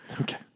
Okay